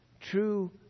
true